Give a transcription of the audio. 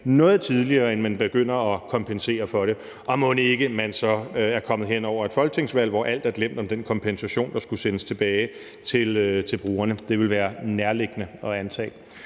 noget tidligere, end at man begynder at kompensere for det, og mon ikke man så er kommet hen over et folketingsvalg, hvor alt er glemt om den kompensation, der skulle sendes tilbage til brugerne? Det vil være nærliggende at antage.